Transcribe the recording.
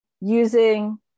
using